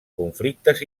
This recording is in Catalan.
conflictes